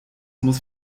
muss